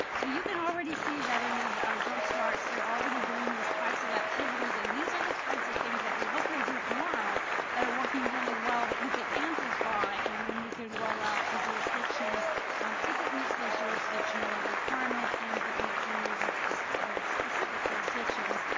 so you can already see that in these jump starts, they're already doing these types of activities and these are the types of things that we hope we'll hear tomorrow that are working really well that we can amplify and that and we can roll out to jurisdictions if it meets those jurisdictional requirements and if it meets the needs of the specific jurisdictions.